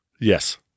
Yes